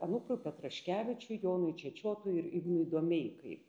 anuprui petraškevičiui jonui čečotui ir ignui domeikai